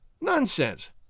Nonsense